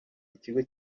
ikigo